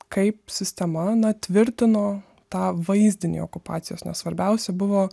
kaip sistema na tvirtino tą vaizdinį okupacijos nes svarbiausia buvo